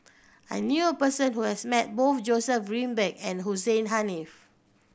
I knew a person who has met both Joseph Grimberg and Hussein Haniff